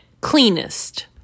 cleanest